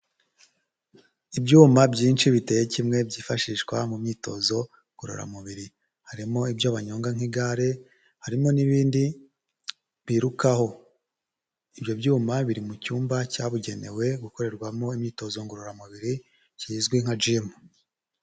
Ibyuma byinshi biteye kimwe byifashishwa mu myitozo ngororamubiri, harimo ibyo banyonga nk'igare, harimo n'ibindi birukaho, ibyo byuma biri mu cyumba cyabugenewe, gukorerwamo imyitozo ngororamubiri kizwi nka gimu.